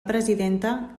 presidenta